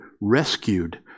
rescued